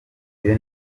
iyi